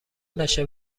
نشه